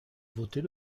votez